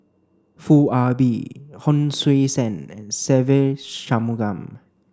Foo Ah Bee Hon Sui Sen and Se Ve Shanmugam